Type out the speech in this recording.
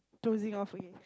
dosing off again